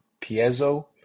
Piezo